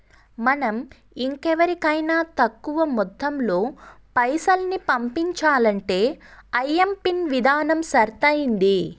మనం ఇంకెవరికైనా తక్కువ మొత్తంలో పైసల్ని పంపించాలంటే ఐఎంపిన్ విధానం సరైంది